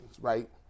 right